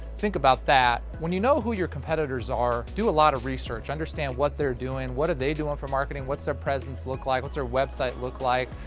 think about that. when you know who your competitors are, do a lot of research. understand what they're doing, what are they doing for marketing, what's their presence look like, what's their website look like,